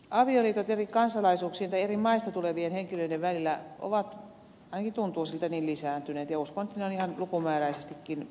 avioliitot eri kansalaisuuksien tai eri maista tulevien henkilöiden välillä ovat ainakin tuntuu siltä lisääntyneet ja uskon että ne ovat ihan lukumääräisestikin lisääntyneet